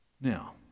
Now